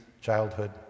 childhood